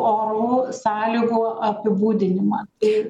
orų sąlygų apibūdinimą tai